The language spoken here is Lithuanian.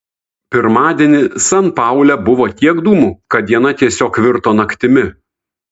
pirmadienį san paule buvo tiek dūmų kad diena tiesiog virto naktimi